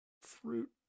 fruit